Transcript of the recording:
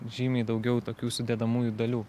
žymiai daugiau tokių sudedamųjų dalių